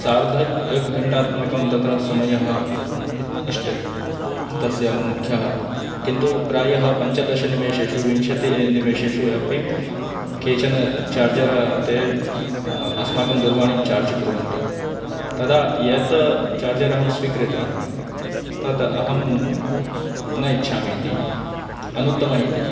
सार्ध एकघण्टात्मकं तत्र समयः इत् इष्टः तस्य मुख्यः किन्तु प्रायः पञ्चदशनिमेषेषु विंशतिः नि निमेषेषु अपि केचन चार्जर ते अस्माकं दूरवाणीं चार्ज् कुर्वन्ति तदा यत् चार्जर् अहं स्वीकृतवान् तद् अहं न इच्छामि इति अनुत्तमा इति